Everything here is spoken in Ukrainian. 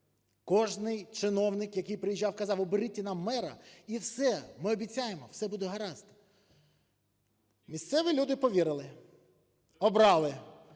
Кожен чиновник, який приїжджав, казав оберіть нам мера, і все, ми обіцяємо, все буде гаразд. Місцеві люди повірили, обрали.